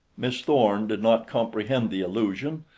miss thorn did not comprehend the allusion,